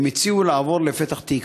הם הציעו לעבור לפתח-תקווה,